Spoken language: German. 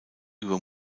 über